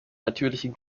natürlichen